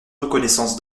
reconnaissance